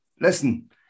listen